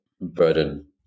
burden